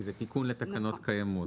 כי זה תיקון לתקנות קיימות,